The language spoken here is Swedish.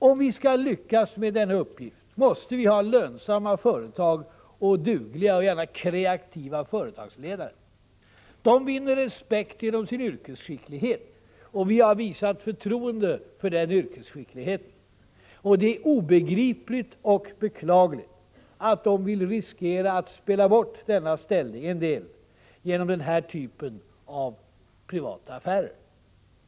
Om vi skall lyckas med denna uppgift måste vi ha lönsamma företag och dugliga, gärna kreativa företagsledare. De vinner respekt genom sin yrkesskicklighet, och vi har visat förtroende för denna yrkesskicklighet. Det är obegripligt och beklagligt att en del vill riskera att spela bort denna ställning genom den här typen av privata affärer.